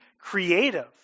creative